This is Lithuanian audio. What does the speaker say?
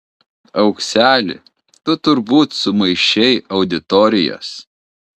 aukseli tu turbūt sumaišei auditorijas